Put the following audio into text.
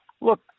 Look